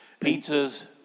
Pizzas